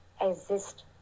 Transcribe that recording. exist